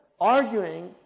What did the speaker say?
arguing